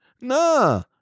nah